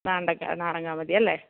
നാണ്ടക്ക നാടൻ കാ മതിയല്ലേ